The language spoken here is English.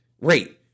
rate